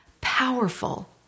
powerful